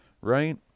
right